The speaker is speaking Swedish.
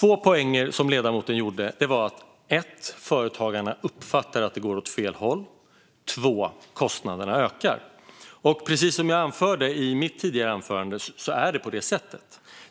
Två poänger som ledamoten gjorde var dels att företagarna uppfattar att det går åt fel håll, dels att kostnaderna ökar. Precis som jag anförde i mitt anförande tidigare är det på det sättet.